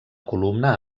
columna